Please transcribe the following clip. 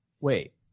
Wait